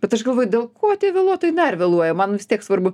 bet aš galvoju dėl ko tie vėluotojai dar vėluoja man vis tiek svarbu